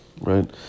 right